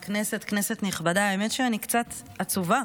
כנסת נכבדה, האמת היא שאני קצת עצובה